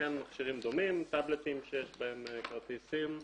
וכן מכשירים דומים טאבלטים שיש בהם כרטיס sim,